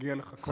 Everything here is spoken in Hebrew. מגיע לך כל שקל.